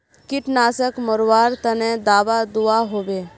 कीटनाशक मरवार तने दाबा दुआहोबे?